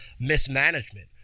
mismanagement